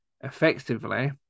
effectively